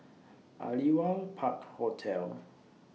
Aliwal Park Hotel